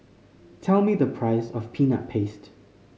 tell me the price of Peanut Paste